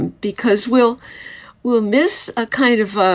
because we'll we'll miss a kind of ah